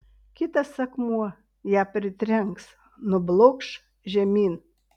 kitas akmuo ją pritrenks nublokš žemyn